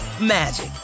magic